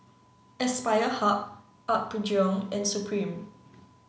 Aspire Hub Apgujeong and Supreme